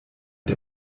der